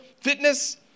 fitness